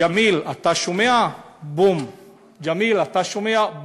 ג'מיל, אתה שומע?